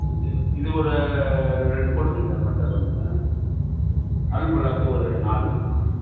இது ஒரு ரெ ரெண்டு போட்டிருங்க சார் மட்டர் பன்னீரு ஆலு பல்லாக்கு ஒரு நாலு இது போட்டிருங்க